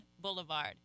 Boulevard